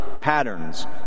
Patterns